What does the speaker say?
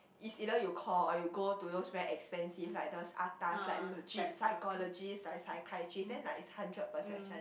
is either you call or you go to those very expensive like those atas like legit psychologist like psychiatrist then like is hundred per session